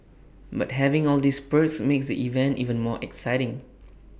but having all these perks makes the event even more exciting